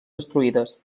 destruïdes